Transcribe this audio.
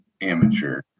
amateur